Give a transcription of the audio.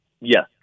Yes